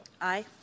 Aye